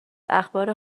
اخبار